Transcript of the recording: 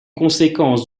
conséquence